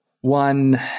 one